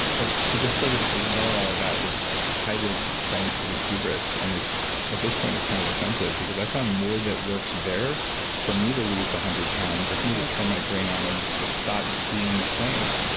but to just sort of ignore all that is just the height of scientific hubris and it's at this point is kind of offensive because i found more that works there for me to lose the hundred pounds, of me to turn my brain on and stop being inflamed.